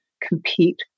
compete